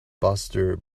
buster